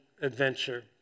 adventure